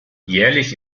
jährlich